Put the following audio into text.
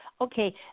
okay